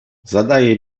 zadaje